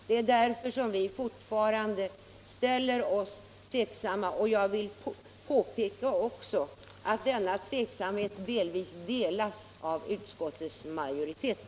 Det är därför vi fortfarande ställer oss tveksamma. och jag vill påpeka att denna tveksamhet i viss mån delas av utskousmajoriteten.